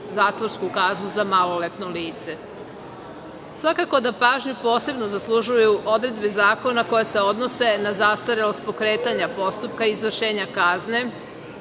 zatvorsku kaznu za maloletno lice. Svakako da pažnju posebno zaslužuju odredbe zakona koje se odnose na zastarelost pokretanja postupka i izvršenja kazne,